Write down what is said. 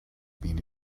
been